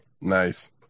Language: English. Nice